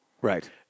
Right